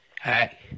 hey